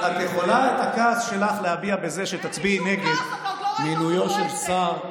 את יכולה להביע את הכעס שלך בזה שתצביעי נגד מינויו של שר,